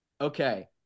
Okay